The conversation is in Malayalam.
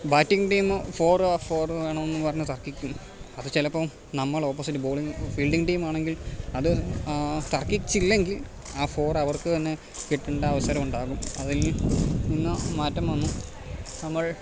ബാറ്റിംഗ് ടീമ് ഫോറാ ഫോറ് വേണം എന്ന് പറഞ്ഞ് തർക്കിക്കും അത് ചിലപ്പോൾ നമ്മൾ ഓപ്പോസിറ്റ് ബോളിംഗ് ഫീൽഡിങ് ടീമാണെങ്കിൽ അത് തർക്കിച്ചില്ലെങ്കിൽ ആ ഫോറവർക്ക് തന്നെ കിട്ടണ്ട അവസരം ഉണ്ടാകും അതിൽ നിന്ന് മാറ്റം വന്നു നമ്മൾ